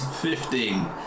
Fifteen